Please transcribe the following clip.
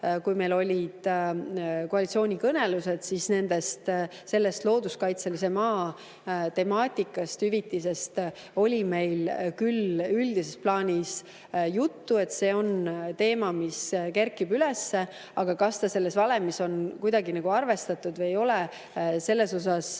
kui meil olid koalitsioonikõnelused, siis sellest looduskaitselise maa temaatikast, hüvitisest oli meil küll üldises plaanis juttu. See on teema, mis on kerkinud üles. Aga selles osas, kas ta selles valemis on kuidagi arvestatud või ei ole, ma